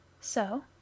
So